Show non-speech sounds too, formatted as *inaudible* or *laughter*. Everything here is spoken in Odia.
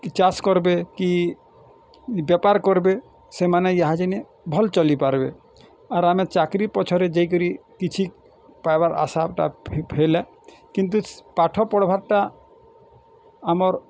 ଚାଷ କର୍ବେ କି ବେପାର୍ କର୍ବେ ସେମାନେ ଇହା ଯେନେ ଭଲ ଚଲିପାର୍ବେ ଆର୍ ଆମେ ଚାକିରୀ ପଛରେ ଯାଇକରି କିଛି ପାଇବାର୍ ଆଶାଟା *unintelligible* କିନ୍ତୁ ପାଠ ପଢ଼୍ବାର୍ଟା ଆମର୍